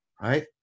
right